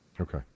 okay